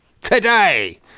today